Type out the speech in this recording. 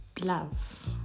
love